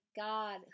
God